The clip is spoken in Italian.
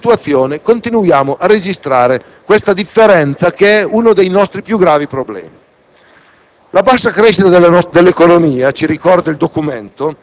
Nonostante un certo miglioramento della situazione, continuiamo a registrare questa differenza che rappresenta uno dei nostri più gravi problemi.